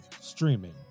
streaming